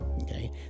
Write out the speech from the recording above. okay